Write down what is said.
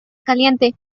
caliente